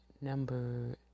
number